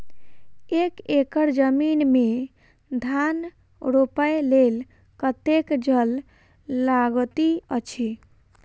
एक एकड़ जमीन मे धान रोपय लेल कतेक जल लागति अछि?